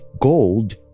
gold